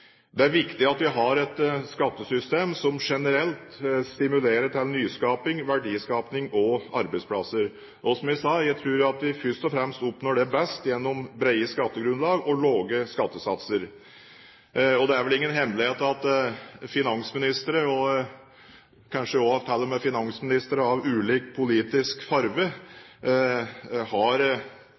Det er viktig at vi har et skattesystem som generelt stimulerer til nyskaping, verdiskaping og arbeidsplasser. Og som jeg sa: Jeg tror at vi først og fremst oppnår det best gjennom brede skattegrunnlag og lave skattesatser. Det er vel ingen hemmelighet at finansministre – kanskje til og med finansministre av ulik politisk